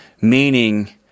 meaning